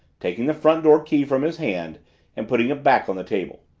taking the front door key from his hand and putting it back on the table.